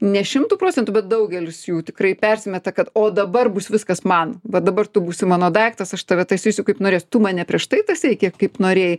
ne šimtu procentų bet daugelis jų tikrai persimeta kad o dabar bus viskas man va dabar tu būsi mano daiktas aš tave tasysiu kaip norės tu mane prieš tai tasei kiek kaip norėjai